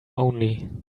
only